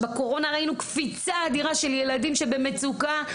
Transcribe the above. שבקורונה ראינו קפיצה אדירה של ילדים שבמצוקה,